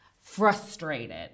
frustrated